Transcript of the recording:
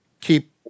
keep